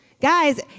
Guys